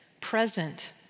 present